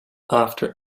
after